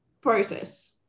process